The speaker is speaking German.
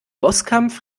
bosskampf